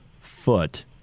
foot